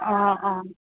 অঁ অঁ